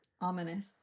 ominous